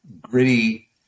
gritty